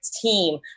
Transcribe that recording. team